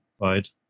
right